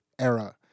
era